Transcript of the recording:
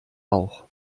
rauch